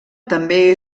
també